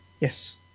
Yes